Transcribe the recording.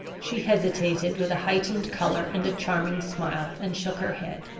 she hesitated with a heightened color and a charming smile, and shook her head.